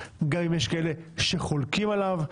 גם אם יש כאלה שחולקים עליו.